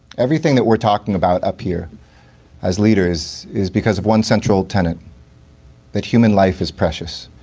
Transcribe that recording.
everything that we're talking about up here as leaders is because of one central tenet that human life is precious,